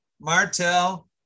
martel